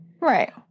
right